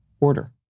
order